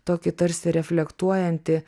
tokį tarsi reflektuojantį